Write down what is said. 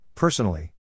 Personally